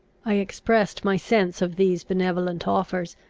i expressed my sense of these benevolent offers,